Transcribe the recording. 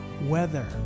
weather